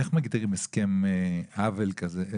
איך מגדירים הסכם עוול כזה?